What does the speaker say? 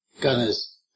gunner's